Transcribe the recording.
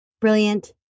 Brilliant